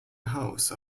house